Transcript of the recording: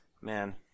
man